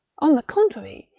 on the contrary,